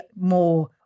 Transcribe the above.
more